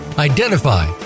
Identify